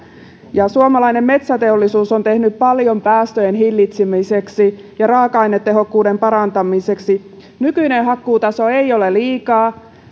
ja suomalainen metsäteollisuus on tehnyt paljon päästöjen hillitsemiseksi ja raaka ainetehokkuuden parantamiseksi nykyinen hakkuutaso ei ole liikaa